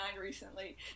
recently